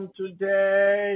today